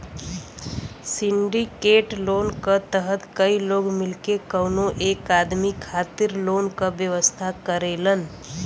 syndicate loan क तहत कई लोग मिलके कउनो एक आदमी खातिर लोन क व्यवस्था करेलन